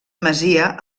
masia